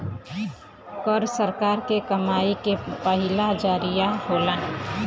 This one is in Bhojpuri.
कर सरकार के कमाई के पहिला जरिया होला